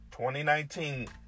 2019